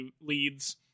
leads